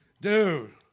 Dude